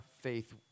faith